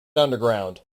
underground